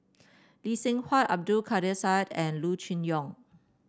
Lee Seng Huat Abdul Kadir Syed and Loo Choon Yong